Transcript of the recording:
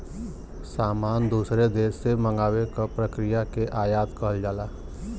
सामान दूसरे देश से मंगावे क प्रक्रिया के आयात कहल जाला